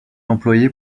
employé